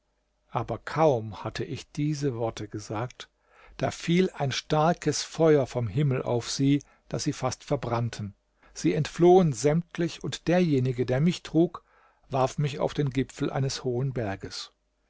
aber kaum hatte ich diese worte gesagt da fiel ein starkes feuer vom himmel auf sie daß sie fast verbrannten sie entflohen sämtlich und derjenige der mich trug warf mich auf den gipfel eines hohen berges